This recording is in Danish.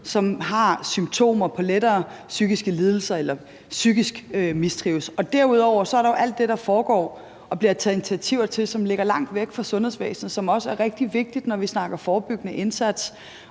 som har symptomer på lettere psykiske lidelser, eller som psykisk mistrives. Derudover er der jo alt det, der foregår og bliver taget initiativer til, og som ligger langt væk fra sundhedsvæsenet, men som også er rigtig vigtigt, når vi snakker forebyggende indsats,